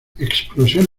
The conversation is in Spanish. explosión